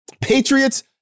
Patriots